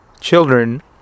children